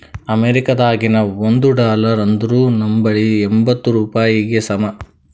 ಅಮೇರಿಕಾದಾಗಿನ ಒಂದ್ ಡಾಲರ್ ಅಂದುರ್ ನಂಬಲ್ಲಿ ಎಂಬತ್ತ್ ರೂಪಾಯಿಗಿ ಸಮ